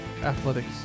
athletics